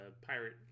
pirate